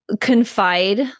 confide